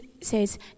says